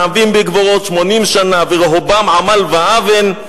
ואם בגבורות שמונים שנה ורהבם עמל אוון,